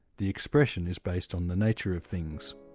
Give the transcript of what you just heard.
the expression is based on the nature of things.